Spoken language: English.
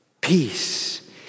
peace